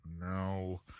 no